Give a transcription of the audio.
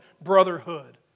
brotherhood